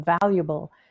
valuable